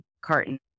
carton